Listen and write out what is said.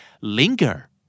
linger